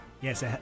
Yes